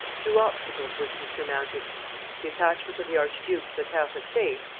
two obstacles were to be surmounted the attachment of the archduke to the catholic faith,